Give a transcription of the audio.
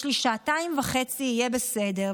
יש לי שעתיים וחצי, יהיה בסדר.